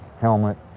helmet